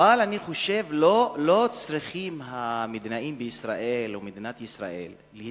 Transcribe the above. אבל אני חושב שמדינת ישראל או המדינאים